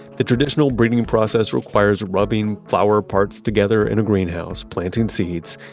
the traditional breeding and process requires rubbing flower parts together in a greenhouse, planting seeds,